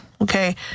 Okay